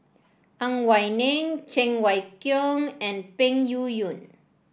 Ang Wei Neng Cheng Wai Keung and Peng Yuyun